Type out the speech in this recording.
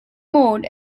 mode